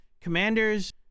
commanders